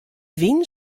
wyn